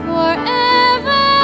Forever